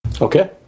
Okay